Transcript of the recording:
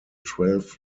twelve